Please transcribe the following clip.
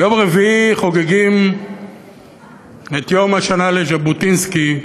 ביום רביעי חוגגים את יום השנה לז'בוטינסקי,